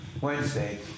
Wednesday